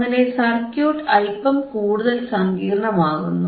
അങ്ങനെ സർക്യൂട്ട് അല്പം കൂടുതൽ സങ്കീർണമാകുന്നു